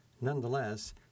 Nonetheless